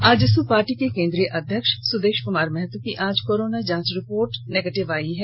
AJSU party के केंद्रीय अध्यक्ष सुदेश कुमार महतो की आज कोरोना जांच रिपोर्ट नेगेटिव आयी है